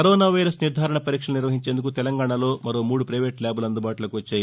corona virus నిర్ధారణ పరీక్షలు నిర్వహించేందుకు తెలంగాణలో మరో మూడు పైవేటు ల్యాబ్లు అందుబాటులోకి వచ్చాయి